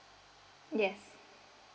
yes